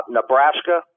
Nebraska